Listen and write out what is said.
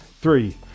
three